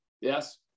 yes